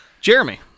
Jeremy